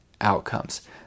outcomes